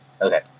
Okay